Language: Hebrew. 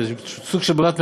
זה סוג של ברירת מחדל.